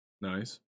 Nice